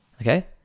okay